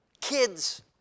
kids